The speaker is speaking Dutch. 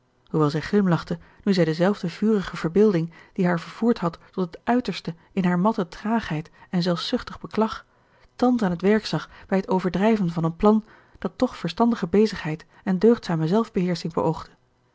hoewel zij glimlachte nu zij dezelfde vurige verbeelding die haar vervoerd had tot het uiterste in haar matte traagheid en zelfzuchtig beklag thans aan het werk zag bij het overdrijven van een plan dat toch verstandige bezigheid en deugdzame zelfbeheersching beoogde